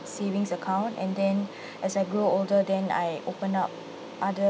kid savings account and then as I grow older then I open up other